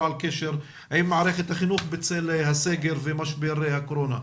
על קשר עם מערכת החינוך בצל הסגר ומשבר הקורונה.